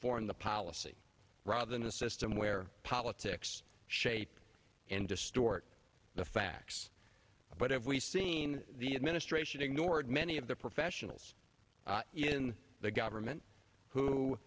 the policy rather than a system where politics shape and distort the facts but if we've seen the administration ignored many of the professionals in the government who